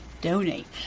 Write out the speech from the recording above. donate